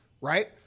right